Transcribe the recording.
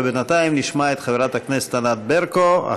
אבל בינתיים נשמע את חברת הכנסת ענת ברקו.